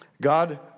God